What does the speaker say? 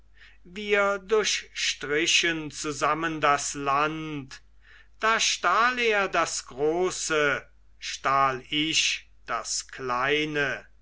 wir durchstrichen zusammen das land da stahl er das große stahl ich das kleine